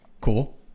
Cool